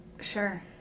Sure